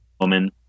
woman